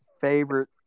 favorite